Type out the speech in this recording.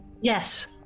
Yes